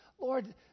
Lord